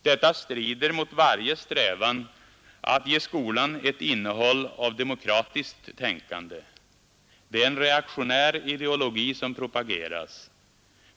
Detta strider mot varje strävan att ge skolan ett innehåll av demokratiskt tänkande. Det är en reaktionär ideologi som propageras.